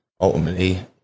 ultimately